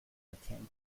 attend